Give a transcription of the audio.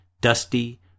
dusty